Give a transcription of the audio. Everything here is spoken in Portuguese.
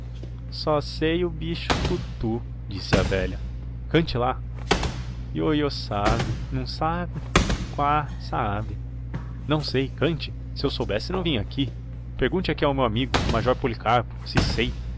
o bicho tutu disse a velha cante lá ioiô sabe não sabe quá sabe não sei cante se eu soubesse não vinha aqui pergunte aqui ao meu amigo o major policarpo se sei